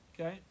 Okay